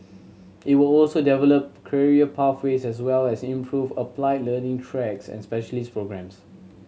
it will also develop career pathways as well as improve applied learning tracks and specialist programmes